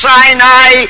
Sinai